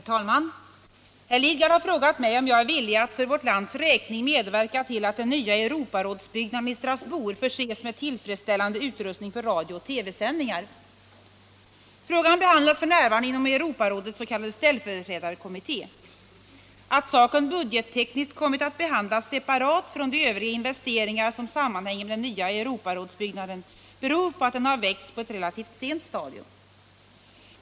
Herr talman! Herr Lidgard har frågat mig om jag är villig att för vårt lands räkning medverka till att den nya Europarådsbyggnaden i Strasbourg förses med tillfredsställande utrustning för radio och TV-sändningar. Frågan behandlas f. n. inom Europarådets s.k. ställföreträdarkommitté. Att saken budgettekniskt kommit att behandlas separat från de övriga investeringar som sammanhänger med den nya Europarådsbyggnaden beror på att den har väckts på ett relativt sent stadium.